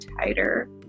tighter